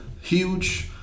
huge